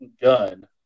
gun